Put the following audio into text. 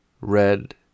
RED